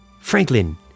Franklin